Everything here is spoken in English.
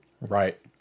Right